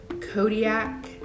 kodiak